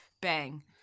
bang